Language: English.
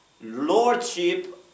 lordship